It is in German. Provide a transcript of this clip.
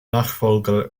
nachfolger